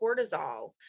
cortisol